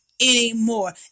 anymore